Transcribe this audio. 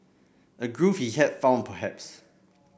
a groove he had found perhaps